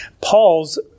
Paul's